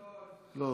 לא.